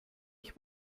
ich